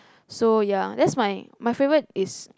so ya that my my favourite is